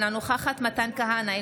אינה נוכחת מתן כהנא,